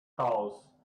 house